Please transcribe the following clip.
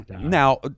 Now